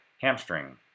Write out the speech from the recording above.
hamstring